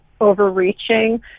overreaching